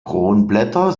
kronblätter